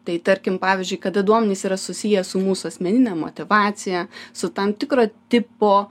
tai tarkim pavyzdžiui kada duomenys yra susiję su mūsų asmenine motyvacija su tam tikro tipo